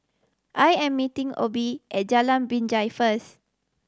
I am meeting Obe at Jalan Binjai first